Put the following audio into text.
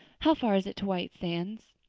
how far is it to white sands?